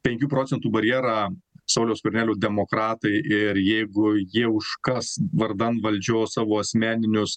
penkių procentų barjerą sauliaus skvernelio demokratai ir jeigu jie užkas vardan valdžios savo asmeninius